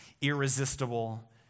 irresistible